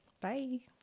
Bye